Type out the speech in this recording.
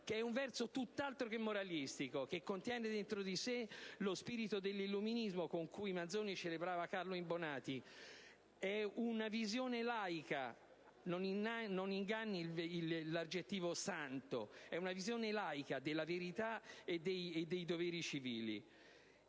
un verso tutt'altro che moralistico che contiene in sé lo spirito dell'Illuminismo con cui Manzoni celebrava Carlo Imbonati. È una visione laica (non inganni l'aggettivo «santo») della verità e dei doveri civili.